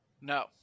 no